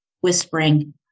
whispering